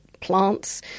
plants